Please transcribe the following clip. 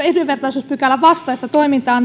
yhdenvertaisuuspykälän vastaista toimintaa